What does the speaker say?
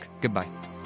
Goodbye